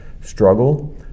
struggle